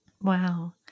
Wow